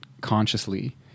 consciously